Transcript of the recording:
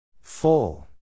Full